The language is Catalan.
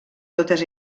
totes